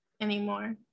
anymore